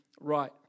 right